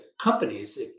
companies